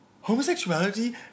homosexuality